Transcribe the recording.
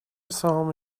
سهام